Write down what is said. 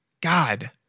God